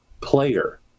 player